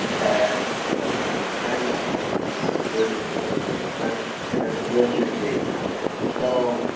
that equals seven hundred and ten that's seven hundred and thirty and seventy seven cents. and then the gross year-to-date does not balance. so,